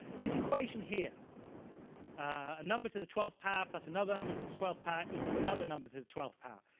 this equation here a number to the twelfth power plus another number to the twelfth power equals another number to the twelfth power.